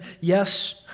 Yes